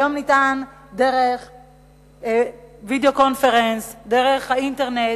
היום אפשר דרך וידיאו-קונפרנס, דרך האינטרנט,